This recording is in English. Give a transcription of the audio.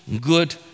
good